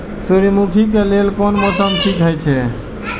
सूर्यमुखी के लेल कोन मौसम ठीक हे छे?